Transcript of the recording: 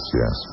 yes